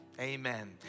Amen